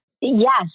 Yes